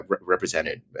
represented